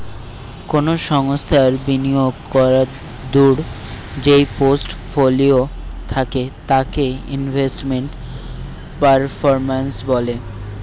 কোনো সংস্থার বিনিয়োগ করাদূঢ় যেই পোর্টফোলিও থাকে তাকে ইনভেস্টমেন্ট পারফরম্যান্স বলে